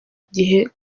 gihe